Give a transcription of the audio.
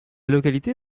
localité